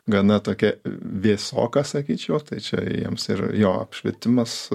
gana tokia vėsoka sakyčiau čia jiems ir jo apšvietimas